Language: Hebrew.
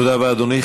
תודה רבה, אדוני.